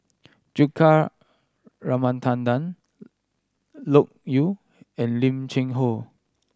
Juthika Ramanathan Loke Yew and Lim Cheng Hoe